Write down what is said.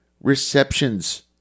receptions